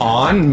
on